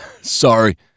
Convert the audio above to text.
sorry